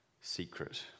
secret